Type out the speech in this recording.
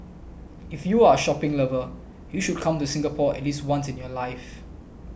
if you are a shopping lover you should come to Singapore at least once in your life